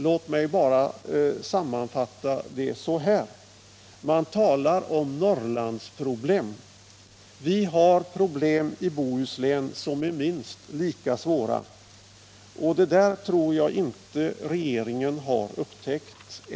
Låt mig bara sammanfatta det så här: Man talar om Norrlandsproblem. Vi har problem i Bohuslän som är minst lika svåra. Det tror jag inte regeringen har upptäckt än.